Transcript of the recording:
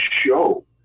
show